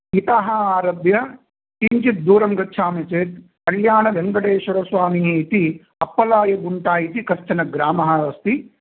इतः आरभ्य किञ्चित् दूरं गच्छामि चेत् कल्याणवेङ्कटेश्वरस्वामी इति अप्पलायगुण्टा इति कश्चन ग्रामः अस्ति